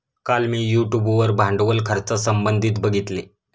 काल मी यूट्यूब वर भांडवल खर्चासंबंधित बघितले